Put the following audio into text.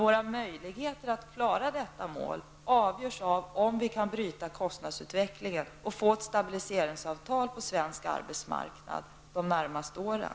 Våra möjligheter att klara detta mål avgörs dock av om vi kan bryta kostnadsutvecklingen och få ett stabiliseringsavtal på svensk arbetsmarknad under de närmaste åren.